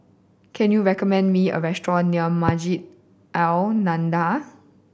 can you recommend me a restaurant near Masjid An Nahdhah